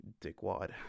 dickwad